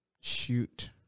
shoot